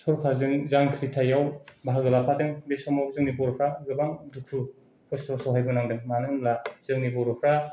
सरकारजों जांख्रिथायाव बाहागो लाफादों बे समाव जोनि बर'फ्रा गोबां दुखु खस्थ' सहायबोनांदों मानो होनोब्ला जोंनि बर'फ्रा